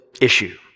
issue